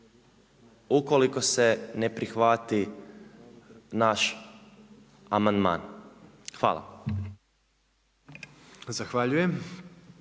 ukoliko se ne prihvati naš amandman. Hvala.